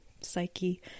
psyche